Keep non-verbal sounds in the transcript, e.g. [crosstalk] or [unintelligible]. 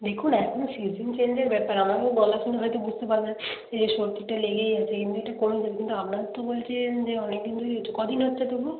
দেখুন এখন সিজন চেঞ্জের ব্যাপার আমারও গলা শুনে হয়তো বুঝতে পারবেন এই যে সর্দিটা লেগেই আছে এমনিতে কমে যাবে কিন্তু আপনার তো বলছেন যে অনেকদিন ধরেই [unintelligible] কদিন হচ্ছে তবু